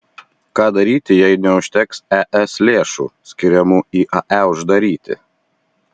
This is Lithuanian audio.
ką daryti jei neužteks es lėšų skiriamų iae uždaryti